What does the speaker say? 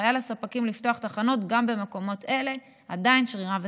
ההנחיה לספקים לפתוח תחנות גם במקומות אלה עדיין שרירה וקיימת.